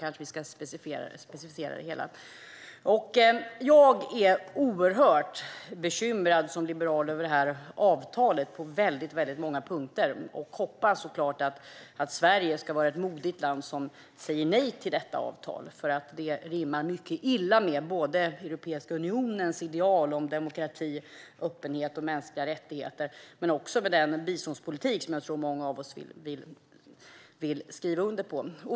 Jag som liberal är oerhört bekymrad över detta avtal på väldigt många punkter och hoppas såklart att Sverige ska vara ett modigt land som säger nej till detta avtal. Det rimmar nämligen mycket illa både med Europeiska unionens ideal om demokrati, öppenhet och mänskliga rättigheter och med den biståndspolitik som jag tror att många av oss vill skriva under på.